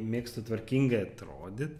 mėgstu tvarkingai atrodyt